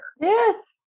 Yes